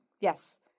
Yes